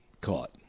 caught